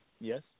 yes